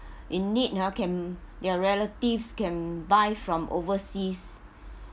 in need ah can their relatives can buy from overseas